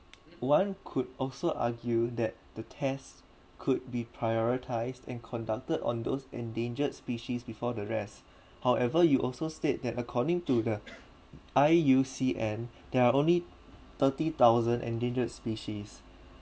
one could also argue that the test could be prioritised and conducted on those endangered species before the rest however you also state that according to the I_U_C_N there are only thirty thousand endangered species